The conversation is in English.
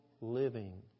living